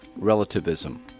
relativism